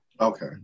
Okay